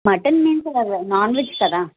mutton means non veg కదా